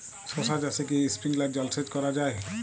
শশা চাষে কি স্প্রিঙ্কলার জলসেচ করা যায়?